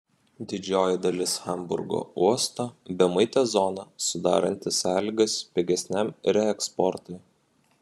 didžioji dalis hamburgo uosto bemuitė zona sudaranti sąlygas pigesniam reeksportui